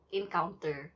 encounter